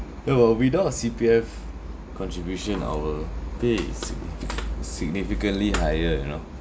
ya but without a C_P_F contribution our pay is significantly significantly higher you know